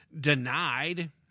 denied